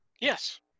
yes